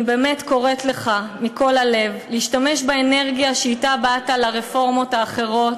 אני באמת קוראת לך מכל הלב להשתמש באנרגיה שאִתה באת לרפורמות האחרות,